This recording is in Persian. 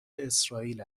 اسرائیل